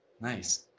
Nice